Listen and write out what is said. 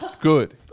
Good